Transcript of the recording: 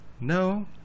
no